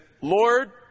Lord